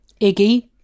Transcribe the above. Iggy